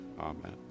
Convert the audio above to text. Amen